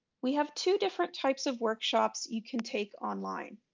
we have two different types of workshops you can take online.